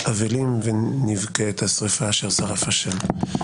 אבלים ונבכה את השריפה אשר שרף השם.